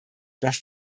dass